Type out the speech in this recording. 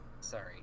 Sorry